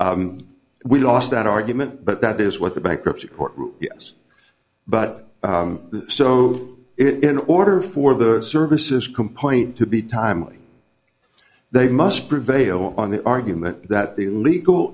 sir we lost that argument but that is what the bankruptcy court was but so it in order for the services complaint to be timely they must prevail on the argument that the legal